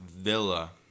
Villa